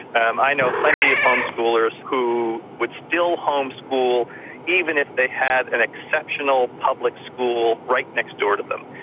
um i know plenty of homeschoolers who would still homeschool even if they had an exceptional public school right next door to them.